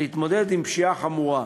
להתמודד עם פשיעה חמורה.